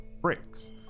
bricks